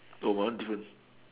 oh my one different